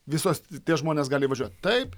visuos tie žmonės gali įvažiuot taip